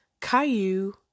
Caillou